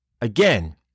again